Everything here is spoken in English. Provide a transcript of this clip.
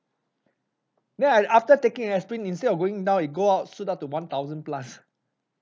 then I after taking aspirin instead of going down it go out shoot up to one thousand plus